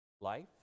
Life